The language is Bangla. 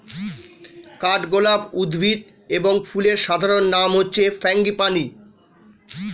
কাঠগোলাপ উদ্ভিদ এবং ফুলের সাধারণ নাম হচ্ছে ফ্রাঙ্গিপানি